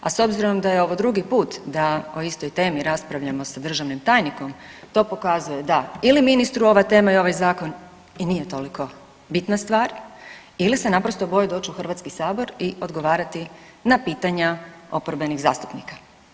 A s obzirom da je ovo drugi put da o istoj temi raspravljamo sa državnim tajnikom to pokazuje da ili ministru ova tema i ovaj zakon i nije toliko bitna stvar ili se naprosto boji doći u Hrvatski sabor i odgovarati na pitanja oporbenih zastupnika.